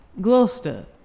Gloucester